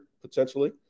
potentially